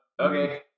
Okay